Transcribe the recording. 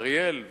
אריאל,